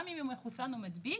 גם אם הוא מחוסן או מחלים,